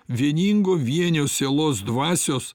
vieningo vienio sielos dvasios